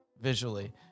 Visually